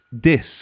disc